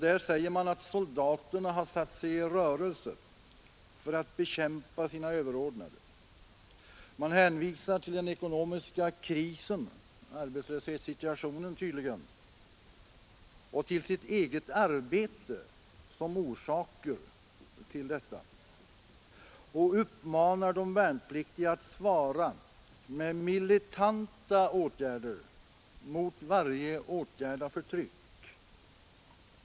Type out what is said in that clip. Där sägs att soldaterna har satt sig i rörelse för att bekämpa sina överordnade. Man hänvisar till den ekonomiska krisen — arbetslöshetssituationen tydligen och till sitt eget arbete som orsaker till detta och uppmanar de värnpliktiga att svara med militanta åtgärder mot varje aktion av förtryck.